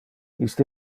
iste